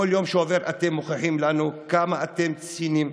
בכל יום שעובר אתם מוכיחים לנו כמה אתם ציניים,